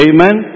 Amen